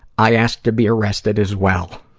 i asked to be arrested as well.